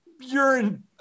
urine